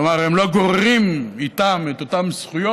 כלומר הם לא גוררים איתם את אותן זכויות